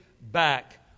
back